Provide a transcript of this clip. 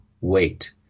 Wait